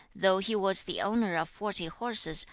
though he was the owner of forty horses,